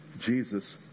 Jesus